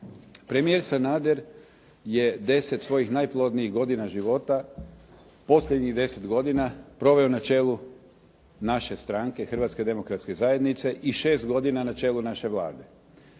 Premijer Sanader je deset svojih najplodnijih godina života, posljednjih deset godina, proveo na čelu naše stranke, Hrvatske demokratske zajednice i šest godina na čelu naše Vlade.